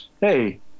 Hey